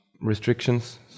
restrictions